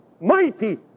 Mighty